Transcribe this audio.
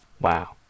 Wow